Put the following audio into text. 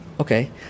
Okay